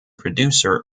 producer